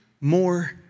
more